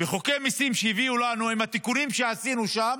בחוקי המיסים שהביאו לנו, עם התיקונים שעשינו שם,